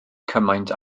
cymaint